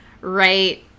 right